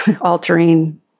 altering